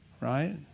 right